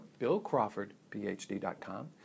BillCrawfordPhD.com